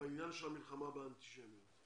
בעניין של המלחמה באנטישמיות?